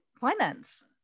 finance